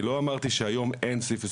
אני לא אמרתי שהיום אין סעיף 23,